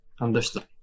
Understood